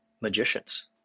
magicians